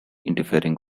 interfering